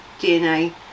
DNA